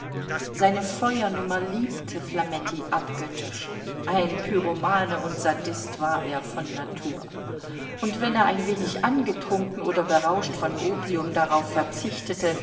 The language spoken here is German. seine feuernummer liebte flametti abgöttisch ein pyromante und sadist war er von natur und wenn er ein wenig angetrunken oder berauscht von opium darauf verzichtete